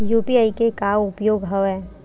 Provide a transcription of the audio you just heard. UPI के का उपयोग हवय?